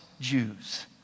Jews